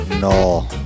no